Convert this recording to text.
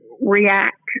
react